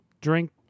drink